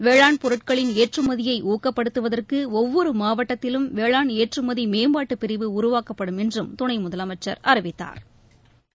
வேளாண் பொருட்களின் ஏற்றுமதியை ஊக்கப்படுத்துவதற்கு ஒவ்வொரு மாவட்டத்திலும் வேளாண் ஏற்றுமதி மேம்பாட்டுப் பிரிவு உருவாக்கப்படும் என்றும் துணை முதலமைச்சா் அறிவித்தாா்